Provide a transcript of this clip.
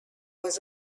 was